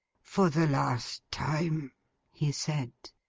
for the last time he said.